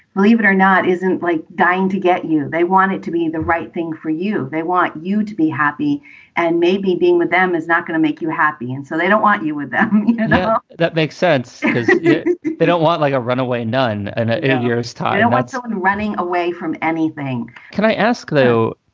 believe it or not, isn't like dying to get you. they want it to be the right thing for you. they want you to be happy and maybe being with them is not going to make you happy. and so they don't want you with that no, that makes sense because they don't want like a runaway nun an eight years time, and someone so and running away from anything can i ask, though,